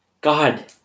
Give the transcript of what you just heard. God